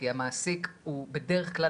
כי המעסיק הוא בדרך כלל,